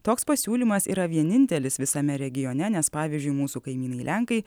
toks pasiūlymas yra vienintelis visame regione nes pavyzdžiui mūsų kaimynai lenkai